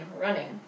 running